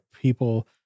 people